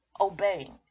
obeying